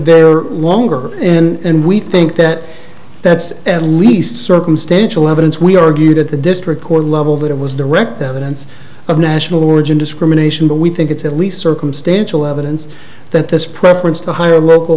there longer in and we think that that's at least circumstantial evidence we argued at the district court level that it was direct evidence of national origin discrimination but we think it's at least circumstantial evidence that this preference to hire local